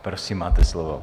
Prosím, máte slovo.